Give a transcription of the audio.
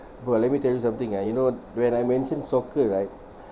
bro ah let me tell you something ah you know when I mentioned soccer right